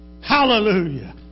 Hallelujah